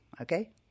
okay